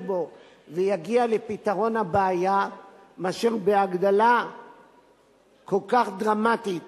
בו ויגיע לפתרון הבעיה מאשר בהגדלה הכל-כך דרמטית